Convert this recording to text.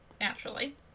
naturally